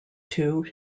two